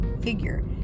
figure